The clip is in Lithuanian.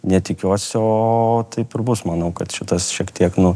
ne tikiuosi o taip ir bus manau kad šitas šiek tiek nu